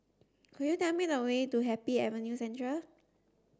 could you tell me the way to Happy Avenue Central